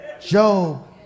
Job